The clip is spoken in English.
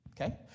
Okay